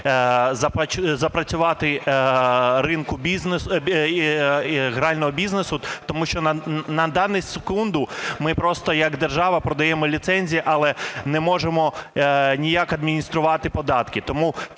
запрацювати ринку грального бізнесу. Тому що на дану секунду ми просто як держава продаємо ліцензії, але не можемо ніяк адмініструвати податки.